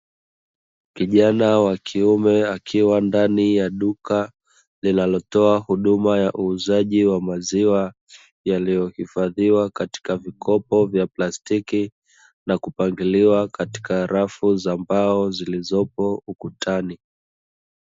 Kijana wa kiume akiwa ndani ya duka, linalotoa uhuzaji wa huduma ya maziwa, yanayohifadhiwa katika vikopo vya plastiki na kuhifadhiwa katika rafu za mbao zilizopo ukutani.